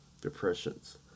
depressions